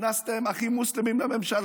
הכנסתם אחים מוסלמים לממשלה.